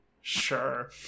Sure